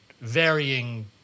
varying